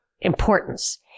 importance